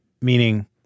meaning